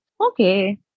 okay